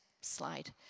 slide